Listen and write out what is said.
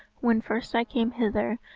when first i came hither,